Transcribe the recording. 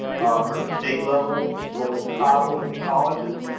from the state level, as well as the tribal and ecologists.